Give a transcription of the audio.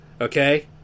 Okay